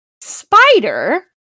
spider